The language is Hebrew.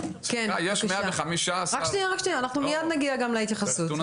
רק שנייה, אנחנו מיד נגיע גם להתייחסות.